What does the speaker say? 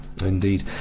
Indeed